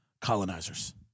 colonizers